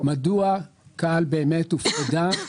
מדוע כאל באמת הופרדה מהתוכנית.